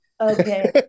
Okay